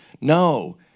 No